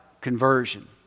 conversion